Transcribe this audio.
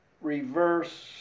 reverse